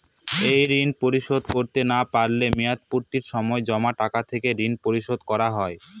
এই ঋণ পরিশোধ করতে না পারলে মেয়াদপূর্তির সময় জমা টাকা থেকে ঋণ পরিশোধ করা হয়?